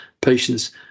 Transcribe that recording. patients